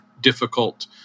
difficult